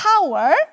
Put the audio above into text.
Power